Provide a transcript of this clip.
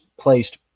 placed